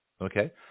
Okay